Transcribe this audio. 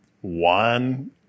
one